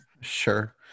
Sure